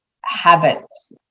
habits